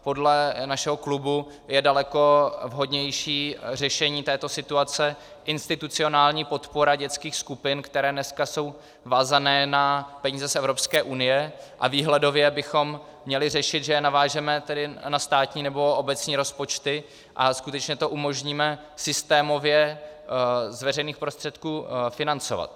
Podle našeho klubu je daleko vhodnější řešení této situace institucionální podpora dětských skupin, které dneska jsou vázané na peníze z Evropské unie, a výhledově bychom měli řešit, že navážeme na státní nebo obecní rozpočty a skutečně to umožníme systémově z veřejných prostředků financovat.